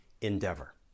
endeavor